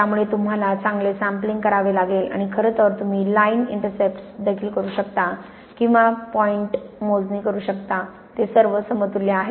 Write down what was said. त्यामुळे तुम्हाला चांगले सॅम्पलिंग करावे लागेल आणि खरं तर तुम्ही लाइन इंटरसेप्ट्स देखील करू शकता किंवा तुम्ही पॉइंट मोजणी करू शकता ते सर्व समतुल्य आहेत